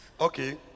Okay